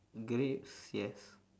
grapes yes